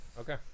Okay